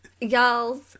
Y'all's